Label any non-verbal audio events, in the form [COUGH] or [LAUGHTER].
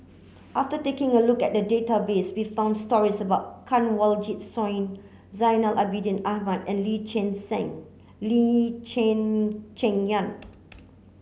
after taking a look at the database we found stories about Kanwaljit Soin Zainal Abidin Ahmad and Lee Cheng [UNINTELLIGIBLE] Lee Cheng Cheng Yan